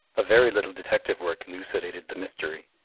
a very little detective work elucidated the mystery.